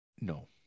No